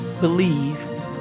Believe